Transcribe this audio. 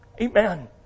Amen